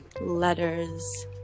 letters